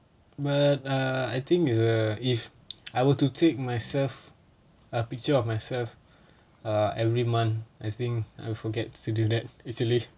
but uh I think is uh if I were to take myself a picture of myself err every month I think I would forget to do that easily